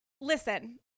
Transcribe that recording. listen